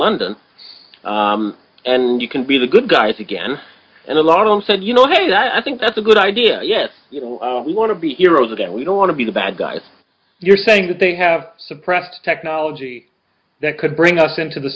london and you can be the good guys again and a lot of them said you know hey that i think that's a good idea yes we want to be heroes again we don't want to be the bad guys you're saying that they have suppressed technology that could bring us into the